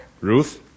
Ruth